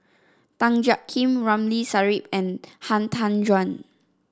Tan Jiak Kim Ramli Sarip and Han Tan Juan